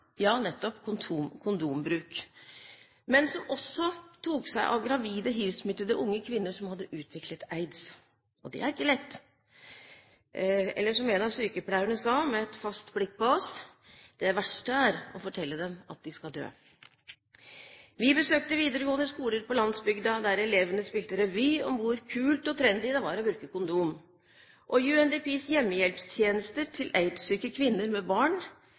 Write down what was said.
ja, nettopp – kondombruk, men som også tok seg av gravide hivsmittede unge kvinner som hadde utviklet aids. Og det er ikke lett, eller som en av sykepleierne sa med et fast blikk på oss: Det verste er å fortelle dem at de skal dø. Vi besøkte videregående skoler på landsbygda, der elevene spilte revy om hvor kult og trendy det var å bruke kondom, og UNDPs hjemmehjelpstjenester til aids-syke kvinner med barn,